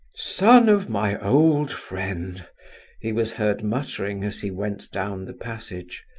son of my old friend he was heard muttering as he went down the passage.